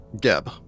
Geb